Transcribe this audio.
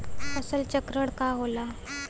फसल चक्रण का होला?